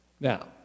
Now